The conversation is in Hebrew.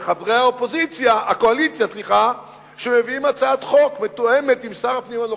וחברי הקואליציה שמביאים הצעת חוק שמתואמת עם שר הפנים הנוכחי,